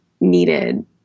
needed